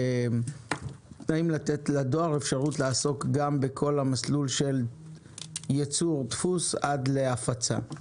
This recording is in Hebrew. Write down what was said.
האם לתת לדואר אפשרות לעסוק גם בכל המסלול של ייצור דפוס עד להפצה.